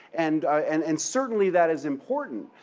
and and and certainly that is important,